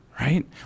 right